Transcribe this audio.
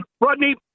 Rodney